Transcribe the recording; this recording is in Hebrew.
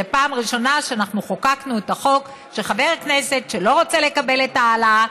זו הפעם הראשונה שחוקקנו את החוק שחבר כנסת שלא רוצה לקבל את ההעלאה,